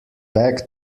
back